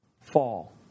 fall